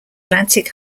atlantic